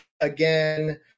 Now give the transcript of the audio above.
again